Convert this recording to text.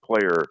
player